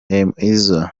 izzle